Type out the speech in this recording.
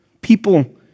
people